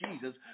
Jesus